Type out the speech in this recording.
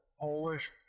Polish